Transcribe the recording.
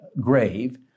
grave